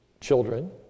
children